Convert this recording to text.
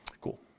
Cool